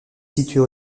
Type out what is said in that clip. située